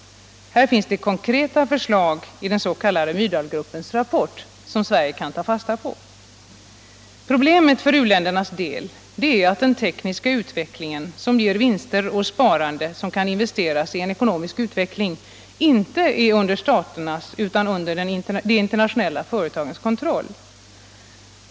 Det finns konkreta förslag i den s.k. Myrdalgruppens rapport, som Sverige kan ta fasta på. Problemet för u-ländernas del är att den tekniska utveckling som ger vinster och sparande, vilka kan investeras i en ekonomisk utveckling, inte är under staternas utan under de internationella företagens kontroll.